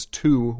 two